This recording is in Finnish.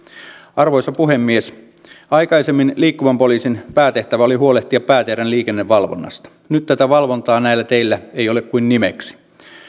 arvoisa puhemies aikaisemmin liikkuvan poliisin päätehtävä oli huolehtia pääteiden liikennevalvonnasta nyt tätä valvontaa näillä teillä ei ole kuin nimeksi